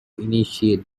initiate